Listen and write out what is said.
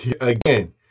Again